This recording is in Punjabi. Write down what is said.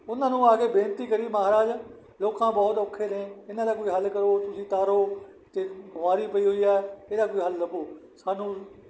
ਉਹਨਾਂ ਨੂੰ ਆ ਕੇ ਬੇਨਤੀ ਕਰੀ ਮਹਾਰਾਜ ਲੋਕਾਂ ਬਹੁਤ ਔਖੇ ਨੇ ਇਹਨਾਂ ਦਾ ਕੋਈ ਹੱਲ ਕਰੋ ਤੁਸੀਂ ਤਾਰੋ ਅਤੇ ਬਿਮਾਰੀ ਪਈ ਹੋਈ ਹੈ ਇਹਦਾ ਕੋਈ ਹੱਲ ਲੱਭੋ ਸਾਨੂੰ